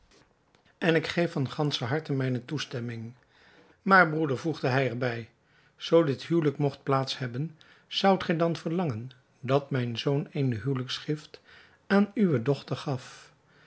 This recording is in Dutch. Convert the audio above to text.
en ik geef van ganscher harte mijne toestemming maar broeder voegde hij er bij zoo dit huwelijk mogt plaats hebben zoudt gij dan verlangen dat mijn zoon eene huwelijksgift aan uwe dochter gaf